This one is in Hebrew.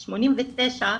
ב-89',